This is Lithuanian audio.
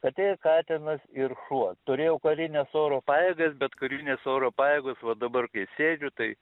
katė katinas ir šuo turėjau karines oro pajėgas bet karinės oro pajėgos va dabar kai sėdžiu tai